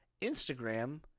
Instagram